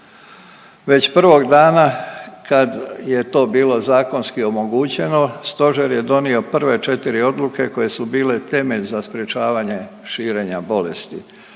Već prvog dana kad je to bilo zakonski omogućeno Stožer je donio prve 4 odluke koje su bile temelj za sprječavanje širenja bolesti.